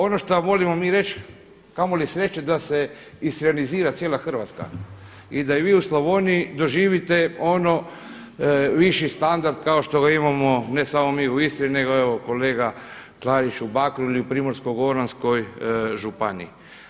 Ono šta volimo mi reći, kamo li sreće da se … cijela Hrvatska i da vi u Slavoniji doživite ono, viši standard kao što ga imamo, ne samo mi u Istri nego evo kolega Klarić u Bakru ili u Primorsko-goranskoj županiji.